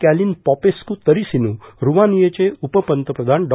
कॅलिन Popescu Tariceanu ठुमानियाचे उपपंतप्रधान डॉ